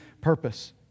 purpose